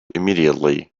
immediately